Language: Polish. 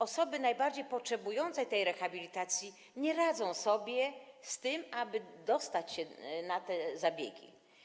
Osoby najbardziej potrzebujące tej rehabilitacji nie radzą sobie z dostaniem się na te zabiegi.